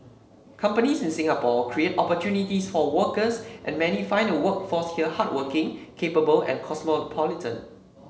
companies in Singapore create opportunities for workers and many find the workforce here hardworking capable and cosmopolitan